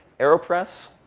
aeropress.